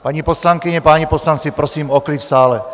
Paní poslankyně, páni poslanci, prosím o klid v sále.